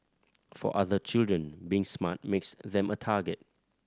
for other children being smart makes them a target